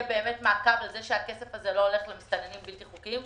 באמת מעקב על זה שהכסף הזה הולך למסתננים בלתי חוקיים.